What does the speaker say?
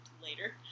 Later